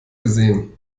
gesehen